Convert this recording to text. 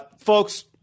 Folks